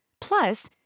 Plus